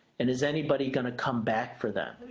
and is anybody going to come back for them.